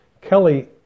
Kelly